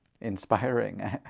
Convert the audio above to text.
inspiring